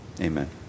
Amen